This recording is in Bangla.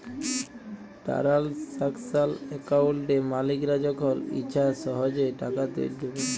টারালসাকশাল একাউলটে মালিকরা যখল ইছা সহজে টাকা তুইলতে পারে